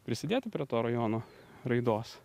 prisidėti prie to rajono raidos